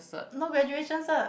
no graduation cert